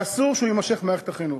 ואסור שהוא יימשך במערכת החינוך.